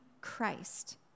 Christ